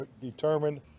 determined